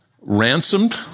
Ransomed